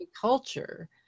culture